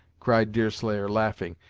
cried deerslayer, laughing,